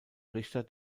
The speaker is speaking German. richter